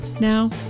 Now